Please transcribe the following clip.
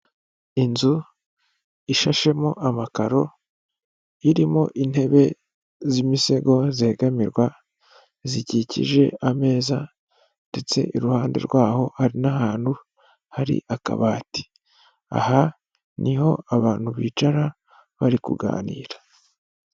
Inzu ishashemo amakaro irimo intebe z'imisego zegamirwa zikikije ameza ndetse iruhande rwaho ari n'ahantu hari akabati, aha niho abantu bicara bari kuganira.